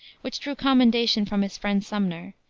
which drew commendation from his friend sumner,